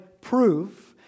proof